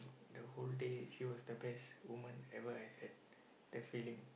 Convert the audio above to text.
the whole day she was the best woman ever I had that feeling